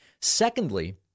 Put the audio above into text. Secondly